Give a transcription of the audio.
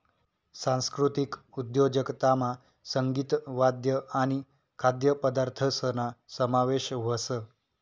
सांस्कृतिक उद्योजकतामा संगीत, वाद्य आणि खाद्यपदार्थसना समावेश व्हस